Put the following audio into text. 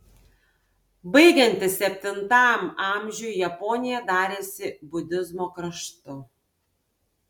baigiantis septintam amžiui japonija darėsi budizmo kraštu